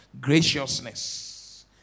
Graciousness